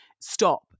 stop